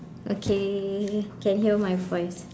okay can hear my voice